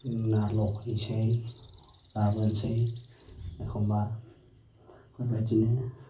ना लफायसै लाबोनसै एखमबा बेफाेर बायदिनो